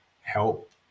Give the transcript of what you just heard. help